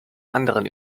anderen